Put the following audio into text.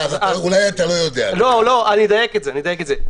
אולי אתה לא יודע על זה.